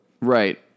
Right